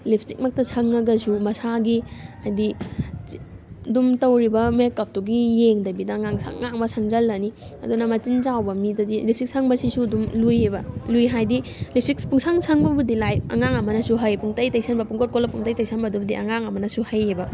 ꯂꯤꯞ ꯏꯁꯇꯤꯛꯃꯛꯇ ꯁꯪꯉꯒꯁꯨ ꯃꯁꯥꯒꯤ ꯍꯥꯏꯗꯤ ꯑꯗꯨꯝ ꯇꯧꯔꯤꯕ ꯃꯦꯀꯞꯇꯨꯒꯤ ꯌꯦꯡꯗꯕꯤꯗ ꯉꯥꯡꯁꯪ ꯉꯥꯡꯕ ꯁꯪꯖꯜꯂꯅꯤ ꯑꯗꯨꯅ ꯃꯆꯤꯟ ꯆꯥꯎꯕ ꯃꯤꯗꯗꯤ ꯂꯤꯞ ꯏꯁꯇꯤꯛ ꯁꯪꯕꯁꯤꯁꯨ ꯑꯗꯨꯝ ꯂꯨꯏꯑꯕ ꯂꯨꯏ ꯍꯥꯏꯗꯤ ꯂꯤꯞ ꯏꯁꯇꯤꯛ ꯄꯨꯡꯁꯪ ꯁꯪꯕꯕꯨꯗꯤ ꯂꯥꯏ ꯑꯉꯥꯡ ꯑꯃꯅꯁꯨ ꯍꯩ ꯄꯨꯡꯇꯩ ꯇꯩꯁꯟꯕ ꯄꯨꯡꯀꯣꯠ ꯀꯣꯠꯂ ꯄꯨꯡꯇꯩ ꯇꯩꯁꯟꯕꯗꯨꯕꯨꯗꯤ ꯑꯉꯥꯡ ꯑꯃꯅꯁꯨ ꯍꯩꯑꯕ